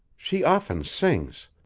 she often sings.